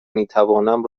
میتوانم